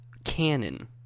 canon